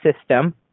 system